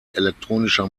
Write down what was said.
elektronischer